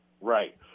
Right